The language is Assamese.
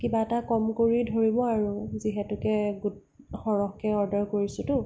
কিবা এটা কম কৰি ধৰিব আৰু যিহেতুকে গোট সৰহকৈ অৰ্ডাৰ কৰিছিতো